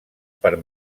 per